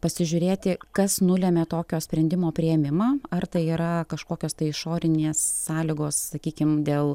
pasižiūrėti kas nulemia tokio sprendimo priėmimą ar tai yra kažkokios išorinės sąlygos sakykim dėl